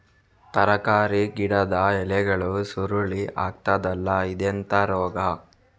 ತರಕಾರಿ ಗಿಡದ ಎಲೆಗಳು ಸುರುಳಿ ಆಗ್ತದಲ್ಲ, ಇದೆಂತ ರೋಗ?